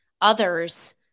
others